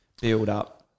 build-up